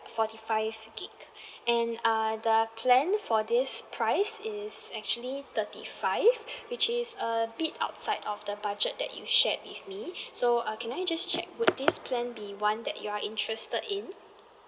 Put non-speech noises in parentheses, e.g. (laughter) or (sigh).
forty five gigabyte (breath) and err the plan for this price is actually thirty five (breath) which is a bit outside of the budget that you shared with me (breath) so uh can I just check would this plan be one that you are interested in